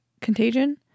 Contagion